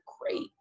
great